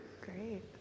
Great